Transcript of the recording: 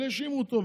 אבל האשימו אותו,